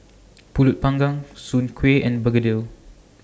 Pulut Panggang Soon Kuih and Begedil